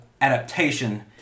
adaptation